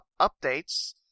updates